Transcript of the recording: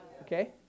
Okay